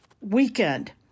weekend